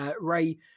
Ray